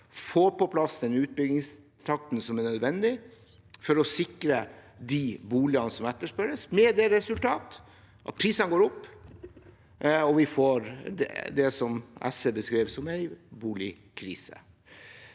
får på plass den utbyggingstakten som er nødvendig for å sikre de boligene som etterspørres, med det resultat at prisene går opp, og vi får det som SV beskrev som en boligkrise.